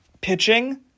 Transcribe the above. pitching